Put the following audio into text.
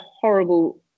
horrible